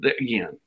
Again